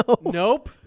Nope